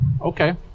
Okay